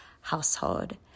household